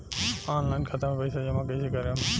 Online खाता मे पईसा जमा कइसे करेम?